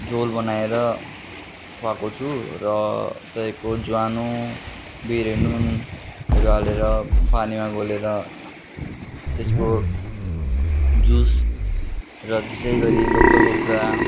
झोल बनाएर खुवाएको छु र तपाईँको ज्वानो बिरेनुन रयालेर पानीमा घोलेर त्यसको जुस र त्यसै गरी लोकल कुखुरा